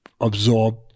absorbed